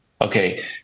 okay